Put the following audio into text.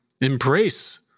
Embrace